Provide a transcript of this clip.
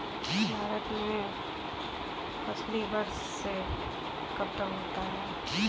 भारत में फसली वर्ष कब से कब तक होता है?